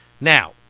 Now